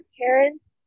parents